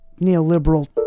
neoliberal